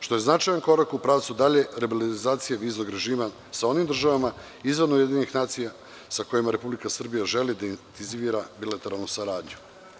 što je značajan korak u pravcu dalje liberalizacije viznog režima sa onim državama, izvan UN, sa kojima Republika Srbija želi da intenzivira bilateralnu saradnju.